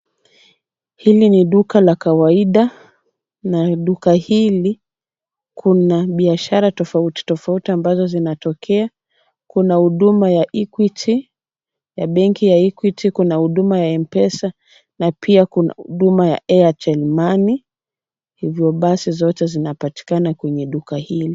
Hili ni duka la kawaida na duka hili kuna biashara tofauti tofauti ambazo zinatokea, Kuna huduma ya Equity ya benki ya Equity, kuna huduma ya Mpesa na pia kuna huduma ya airtel money, hivyo basi zote zinapatikana kwenye duka hili.